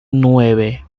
nueve